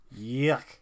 Yuck